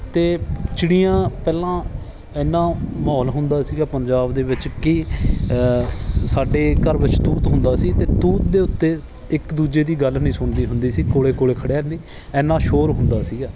ਅਤੇ ਚਿੜੀਆਂ ਪਹਿਲਾਂ ਐਨਾ ਮਾਹੌਲ ਹੁੰਦਾ ਸੀਗਾ ਪੰਜਾਬ ਦੇ ਵਿੱਚ ਕਿ ਸਾਡੇ ਘਰ ਵਿੱਚ ਤੂਤ ਹੁੰਦਾ ਸੀ ਅਤੇ ਤੂਤ ਦੇ ਉੱਤੇ ਇੱਕ ਦੂਜੇ ਦੀ ਗੱਲ ਨਹੀਂ ਸੁਣਦੀ ਹੁੰਦੀ ਸੀ ਕੋਲ ਕੋਲ ਖੜ੍ਹਿਆਂ ਦੀ ਐਨਾ ਸ਼ੋਰ ਹੁੰਦਾ ਸੀਗਾ